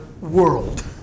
world